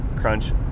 crunch